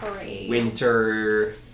winter